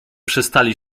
przestali